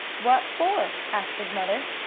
what for? asked his mother.